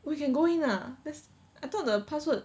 !wah! you can go in ah I thought the password